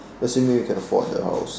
assuming if you can afford the house